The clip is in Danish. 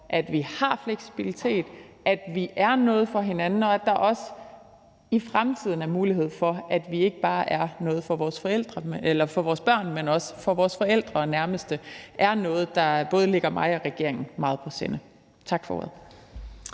at vi har fleksibilitet, at vi er noget for hinanden, og at der også i fremtiden er mulighed for, at vi ikke bare er noget for vores børn, men også for vores forældre og nærmeste, er noget, der både ligger mig og regeringen meget på sinde. Tak for ordet.